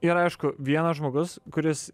yra aišku vienas žmogus kuris